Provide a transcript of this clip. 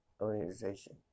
Organization